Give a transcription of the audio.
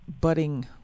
budding